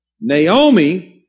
Naomi